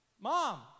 Mom